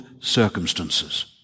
circumstances